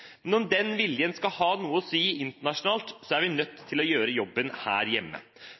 Men om den viljen skal ha noe å si internasjonalt, er vi nødt til å gjøre jobben her hjemme.